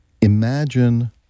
imagine